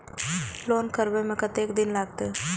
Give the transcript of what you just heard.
Loan करबे में कतेक दिन लागते?